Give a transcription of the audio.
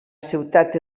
ciutat